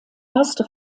erste